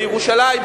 בירושלים,